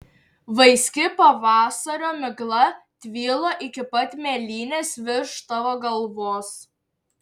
vaiski pavasario migla tvylo iki pat mėlynės virš tavo galvos